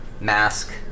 mask